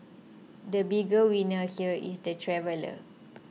the bigger winner here is the traveller